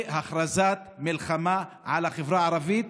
זוהי הכרזת מלחמה על החברה הערבית,